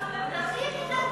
פרחים הטלת